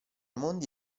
mondi